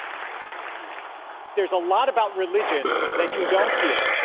um there's a lot about religion that you don't hear.